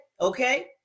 okay